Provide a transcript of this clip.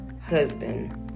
husband